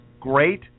great